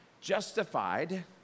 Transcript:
Justified